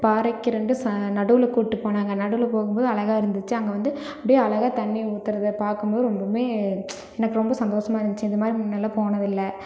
பாறைக்கு ரெண்டு நடுவில் கூட்டு போனாங்க நடுவில் போகும் போது அழகாக இருந்துச்சு அங்கே வந்து அப்படியே அழகாக தண்ணி ஊற்றுறத பார்க்கும்போது எனக்கு ரொம்ப சந்தோசமாக இருந்துச்சு இதுமாதிரி முன்னேலாம் போனதுல்ல